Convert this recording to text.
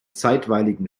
zeitweiligen